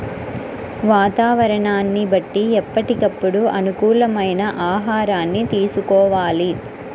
వాతావరణాన్ని బట్టి ఎప్పటికప్పుడు అనుకూలమైన ఆహారాన్ని తీసుకోవాలి